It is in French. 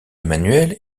emmanuelle